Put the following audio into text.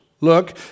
look